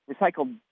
recycled